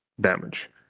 damage